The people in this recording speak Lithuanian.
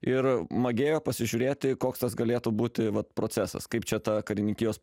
ir magėjo pasižiūrėti koks tas galėtų būti vat procesas kaip čia ta karininkijos